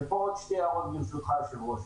ופה עוד שתי הערות ברשותך, היושב-ראש: